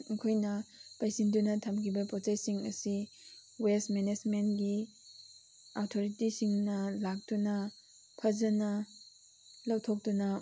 ꯑꯩꯈꯣꯏꯅ ꯄꯩꯁꯤꯟꯗꯨꯅ ꯊꯝꯈꯤꯕ ꯄꯣꯠ ꯆꯩꯁꯤꯡ ꯑꯁꯤ ꯋꯦꯁ ꯃꯦꯅꯦꯖꯃꯦꯟꯒꯤ ꯑꯊꯣꯔꯣꯇꯤꯁꯤꯡꯅ ꯂꯥꯛꯇꯨꯅ ꯐꯖꯅ ꯂꯧꯊꯣꯛꯇꯨꯅ